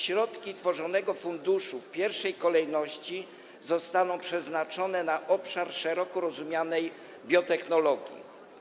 Środki tworzonego funduszu w pierwszej kolejności zostaną przeznaczone na obszar szeroko rozumianej biotechnologii.